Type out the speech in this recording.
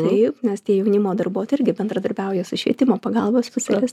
taip nes tie jaunimo darbuotojai irgi bendradarbiauja su švietimo pagalbos specialis